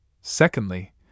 Secondly